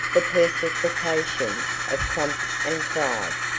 the personification of pomp and pride.